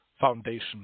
foundation